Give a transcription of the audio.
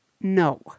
no